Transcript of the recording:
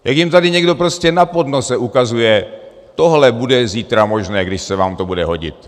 Jak jim tady někdo prostě na podnose ukazuje: tohle bude zítra možné, když se vám to bude hodit.